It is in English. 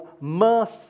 mercy